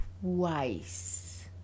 twice